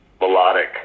melodic